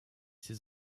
ses